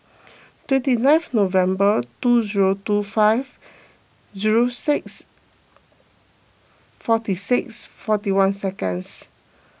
twenty ninth November two zero two five zero six forty six forty one seconds